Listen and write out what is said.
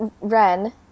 Ren